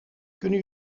kunnen